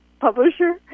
publisher